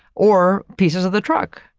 or pieces of the truck,